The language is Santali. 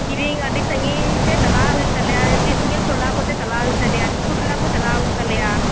ᱠᱤᱨᱤᱝ ᱟᱹᱰᱤ ᱥᱟᱺᱜᱤᱧᱛᱮ ᱪᱟᱞᱟᱣ ᱦᱩᱭᱩᱜ ᱛᱟᱞᱮᱭᱟ ᱟᱹᱰᱤ ᱥᱟᱺᱜᱤᱧ ᱴᱚᱞᱟ ᱠᱚᱛᱮ ᱪᱟᱞᱟᱣ ᱦᱩᱭᱩᱜ ᱛᱟᱞᱮᱭᱟ ᱫᱤᱠᱩ ᱴᱚᱞᱟ ᱠᱚ ᱪᱟᱞᱟᱣ ᱦᱩᱭᱩᱜ ᱛᱟᱞᱮᱭᱟ